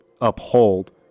uphold